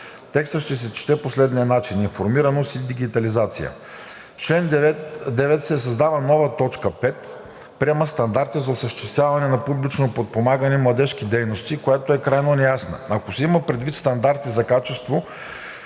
Текстът ще се чете по следния начин: „Информираност и дигитализация“. В чл. 9 се създава нова т. 5: „Приема стандарти за осъществяване на публично подпомагане, младежки дейности“, която е крайно неясна. Ако се има предвид стандарти за качество